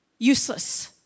useless